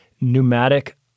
pneumatic